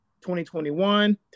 2021